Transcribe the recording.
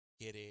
Quiere